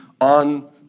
on